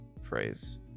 phrase